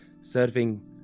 serving